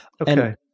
Okay